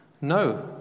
No